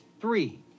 Three